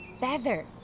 feather